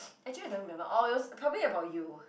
actually I don't remember oh it was probably about you